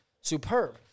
Superb